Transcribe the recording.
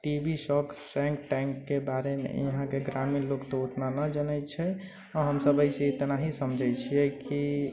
T V show shark tank के बारेमे इहाँके ग्रामीण लोक तऽ ओतना नहि जानै छै आओर हमसभ बस एतना ही समझै छियै कि